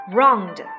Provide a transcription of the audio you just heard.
round